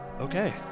Okay